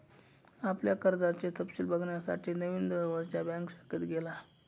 आपल्या कर्जाचे तपशिल बघण्यासाठी नवीन जवळच्या बँक शाखेत गेला